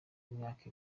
imyaka